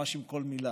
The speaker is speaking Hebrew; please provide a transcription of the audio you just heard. ממש עם כל מילה.